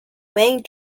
wang